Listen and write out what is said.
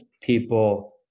people